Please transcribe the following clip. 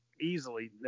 Easily